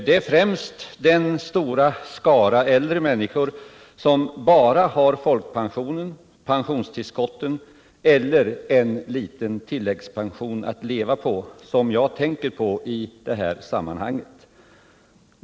Det är främst den stora skara äldre människor som bara har folkpension, pensionstillskott eller en liten tilläggspension att leva på som jag tänker på i det här sammanhanget.